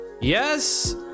Yes